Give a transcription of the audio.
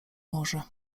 może